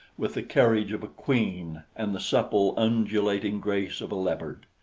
with the carriage of a queen and the supple, undulating grace of a leopard.